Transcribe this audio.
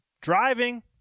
driving